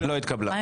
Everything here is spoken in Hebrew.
לא התקבלה.